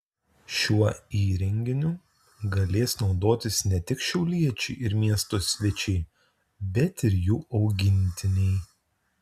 šiuo įrenginiu galės naudotis ne tik šiauliečiai ir miesto svečiai bet ir jų augintiniai